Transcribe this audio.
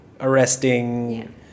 arresting